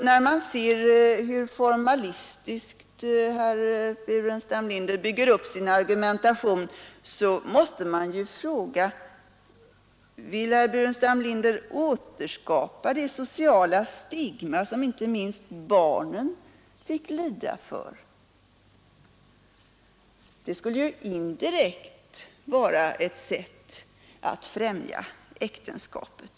När man ser hur formalistiskt herr Burenstam Linder bygger upp sin argumentation måste man fråga: Vill herr Burenstam Linder återskapa det sociala stigma som inte minst barnen i dessa fall tidigare fick lida för? Det skulle ju indirekt vara ett sätt att främja äktenskapet.